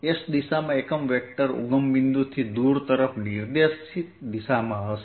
s દિશામાં unit vector ઉગમ બિંદુથી દૂર તરફ નિર્દેશિત દિશામાં હશે